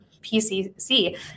PCC